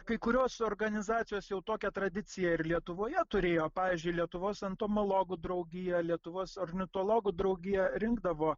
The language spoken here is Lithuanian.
kai kurios organizacijos jau tokia tradicija ir lietuvoje turėjo pavyzdžiui lietuvos entomologų draugija lietuvos ornitologų draugija rinkdavo